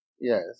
yes